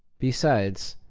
besides,